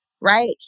right